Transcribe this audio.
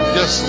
yes